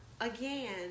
Again